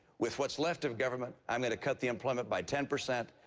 with what's left of government, i'm going to cut the employment by ten percent.